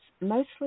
mostly